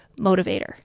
motivator